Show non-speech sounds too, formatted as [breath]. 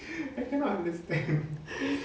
[breath]